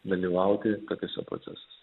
dalyvauti tokiuose procesuose